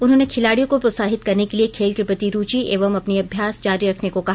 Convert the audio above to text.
उन्होंने खिलाड़ियों को प्रोत्साहित करने के लिए खेल के प्रति रुचि एवं अपनी अभ्यास जारी रखने को कहा